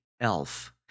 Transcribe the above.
Elf